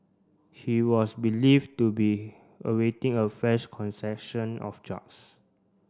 he was believed to be awaiting a fresh of drugs